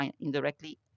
indirectly